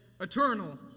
eternal